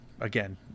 again